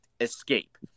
Escape